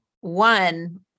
one